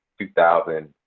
2000